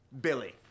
Billy